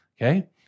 Okay